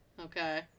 Okay